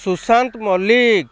Sushant Mallick